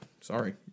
Sorry